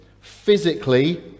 physically